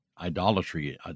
idolatry